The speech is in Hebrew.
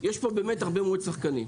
יש פה באמת הרבה מאוד שחקנים.